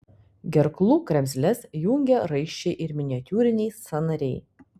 gerklų kremzles jungia raiščiai ir miniatiūriniai sąnariai